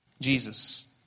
Jesus